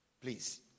Please